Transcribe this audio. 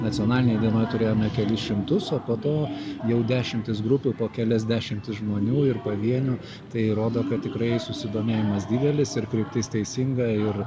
nacionalinėj dienoj turėjome kelis šimtus o po to jau dešimtis grupių po kelias dešimtis žmonių ir pavienių tai rodo kad tikrai susidomėjimas didelis ir kryptis teisinga ir